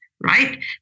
right